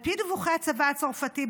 על פי דיווחי הצבא הצרפתי,